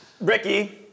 Ricky